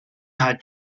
had